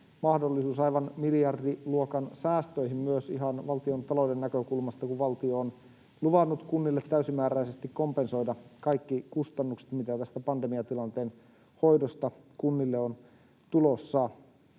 mahdollisuus aivan miljardiluokan säästöihin myös ihan valtiontalouden näkökulmasta, kun valtio on luvannut kunnille täysimääräisesti kompensoida kaikki kustannukset, mitä tästä pandemiatilanteen hoidosta kunnille on tulossa.